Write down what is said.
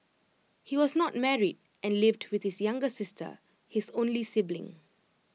he was not married and lived with his younger sister his only sibling